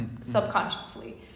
subconsciously